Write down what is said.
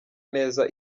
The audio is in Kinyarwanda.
neza